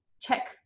check